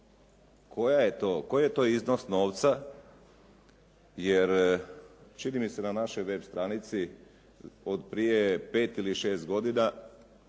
Koji je to iznos novca? Jer čini mi se na našoj web stranici od prije 5 ili 6 godina,